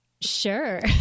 Sure